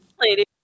lady